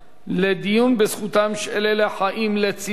לדיון בזכותם של אלה החיים לצדנו,